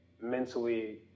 mentally